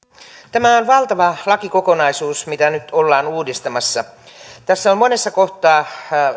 tämä on valtava lakikokonaisuus mitä nyt ollaan uudistamassa tässä on monessa kohtaa